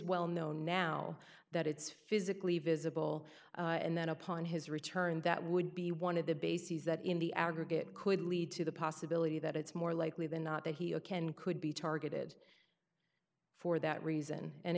well known now that it's physically visible and then upon his return that would be one of the bases that in the aggregate could lead to the possibility that it's more likely than not that he can could be targeted for that reason and